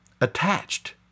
attached